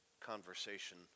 conversation